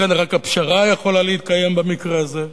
רק הפשרה יכולה להתקיים במקרה הזה.